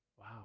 Wow